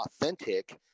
authentic